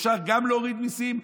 אפשר גם להוריד מיסים,